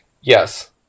Yes